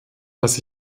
dass